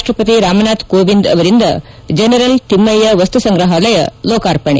ರಾಷ್ಷಪತಿ ರಾಮನಾಥ್ ಕೋವಿಂದ್ ಅವರಿಂದ ಜನರಲ್ ತಿಮ್ಮಯ್ಯ ವಸ್ತು ಸಂಗ್ರಹಾಲಯ ಲೋಕಾರ್ಪಣೆ